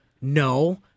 no